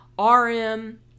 RM